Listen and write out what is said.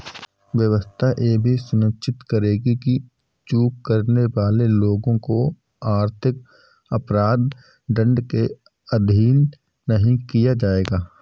व्यवस्था यह भी सुनिश्चित करेगी कि चूक करने वाले लोगों को आर्थिक अपराध दंड के अधीन नहीं किया जाएगा